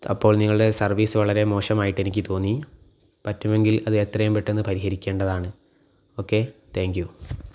അപ്പോൾ നിങ്ങളുടെ സർവീസ് വളരെ മോശമായിട്ട് എനിക്ക് തോന്നി പറ്റുമെങ്കിൽ അത് എത്രയും പെട്ടെന്ന് പരിഹരിക്കേണ്ടതാണ് ഓക്കേ താങ്ക്യൂ